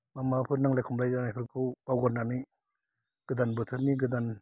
बा माबाफोर नांलाय खमलाय जानायफोरखौ बावगारनानै गोदान बोथोरनि गोदान